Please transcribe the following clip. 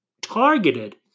targeted